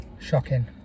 Shocking